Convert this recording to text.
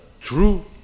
true